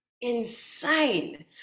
insane